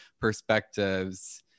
perspectives